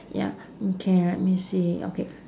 ya okay let me see okay